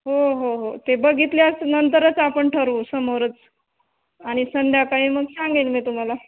हो हो हो ते बघितल्यास नंतरच आपण ठरवू समोरच आणि संध्याकाळी मग सांगेल मी तुम्हाला